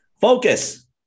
Focus